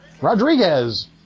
Rodriguez